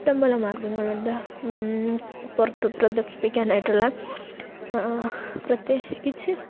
ഇഷ്ടം പോലെ മാർഗ്ഗങ്ങളുണ്ട് പുറത്തു പ്രദർശിപ്പിക്കാനായിട്ടുള്ള പ്രത്യേകിച്ച്